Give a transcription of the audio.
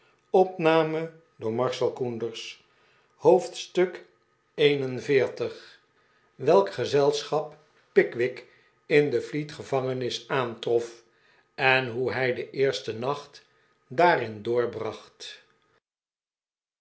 hoofdstuk xli welk gezelschap pickwick in de fleet gevangenis aantrof en hoe hij den eersten nacht daarin doorbracht